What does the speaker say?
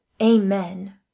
amen